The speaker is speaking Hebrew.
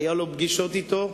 היו לו פגישות אתו.